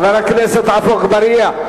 חבר הכנסת עפו אגבאריה,